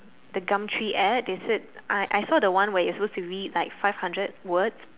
the Gumtree ad they said I I saw the one where you suppose to read like five hundred words